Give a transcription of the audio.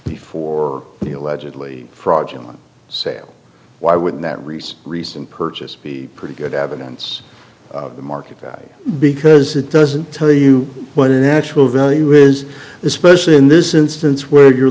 before he allegedly fraudulent sale why wouldn't that reese recent purchase be pretty good evidence of the market that because it doesn't tell you what a natural value is especially in this instance where you're